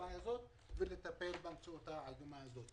לטפל במציאות העגומה הזאת.